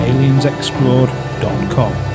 AliensExplored.com